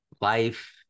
life